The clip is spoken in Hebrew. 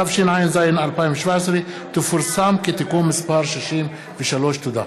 התשע"ז 2017, תפורסם כתיקון מס' 63. תודה.